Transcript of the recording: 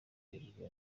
rujugiro